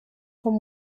vom